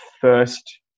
first